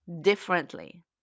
differently